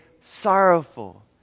sorrowful